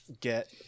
get